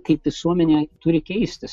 kaip visuomenė turi keistis